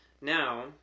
now